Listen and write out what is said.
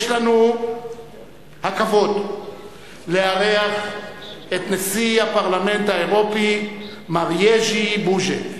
יש לנו הכבוד לארח את נשיא הפרלמנט האירופי מר יז'י בוז'ק.